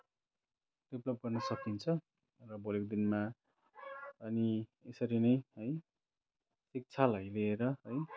develop गर्न सकिन्छ र भोलीको दिनमा अनि यसरी नै है शिक्षालाई लिएर है